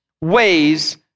ways